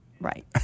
Right